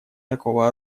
такого